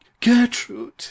Gertrude